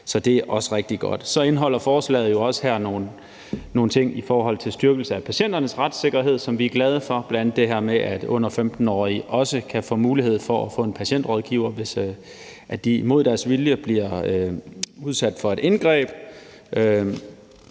Så det er også rigtig godt. Forslaget indeholder også nogle ting i forhold til styrkelse af patienternes retssikkerhed, som vi er glade for. Det er bl.a. det her med, at under 15-årige også kan få mulighed for at få en patientrådgiver, hvis de mod deres vilje bliver udsat for et indgreb.